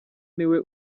niwe